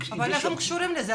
אבל איך הם קשורים לזה?